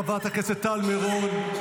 חברת הכנסת טל מירון,